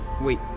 Wait